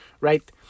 right